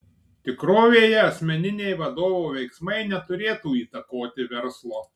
tikrovėje asmeniniai vadovo veiksmai neturėtų įtakoti verslo